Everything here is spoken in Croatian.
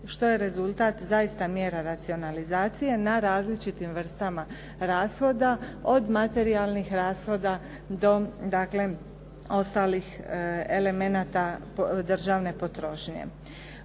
što je rezultata zaista mjera racionalizacije na različitim vrstama rashoda, od materijalnih rashoda do ostalih elemenata državne potrošnje.